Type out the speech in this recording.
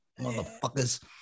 Motherfuckers